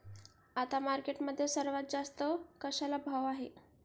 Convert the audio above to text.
आता मार्केटमध्ये सर्वात जास्त कशाला भाव आहे?